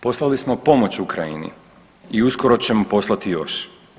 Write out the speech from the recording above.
Poslali smo pomoć Ukrajini i uskoro ćemo poslati još.